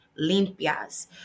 limpias